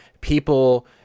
people